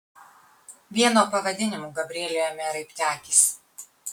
vien nuo pavadinimų gabrieliui ėmė raibti akys